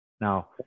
Now